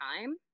time